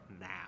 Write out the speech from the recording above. now